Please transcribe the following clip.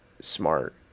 smart